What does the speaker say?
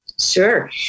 Sure